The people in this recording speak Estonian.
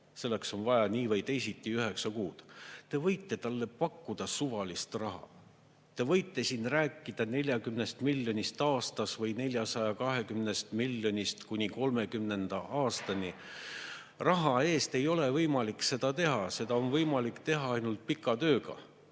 Selleks on vaja nii või teisiti üheksat kuud. Te võite talle pakkuda suvalist raha. Te võite siin rääkida 40 miljonist aastas või 420 miljonist kuni 2030. aastani. Raha eest ei ole võimalik seda teha, seda on võimalik teha ainult pika tööga.